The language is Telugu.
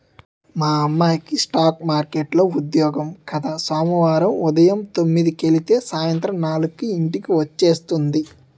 మా అమ్మాయికి స్ఠాక్ మార్కెట్లో ఉద్యోగం కద సోమవారం ఉదయం తొమ్మిదికెలితే సాయంత్రం నాలుక్కి ఇంటికి వచ్చేస్తుంది